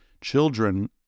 children